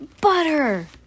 Butter